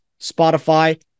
Spotify